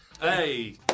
Hey